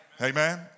amen